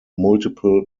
multiple